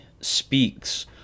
speaks